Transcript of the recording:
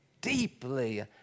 deeply